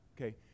okay